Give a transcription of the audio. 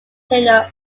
tenure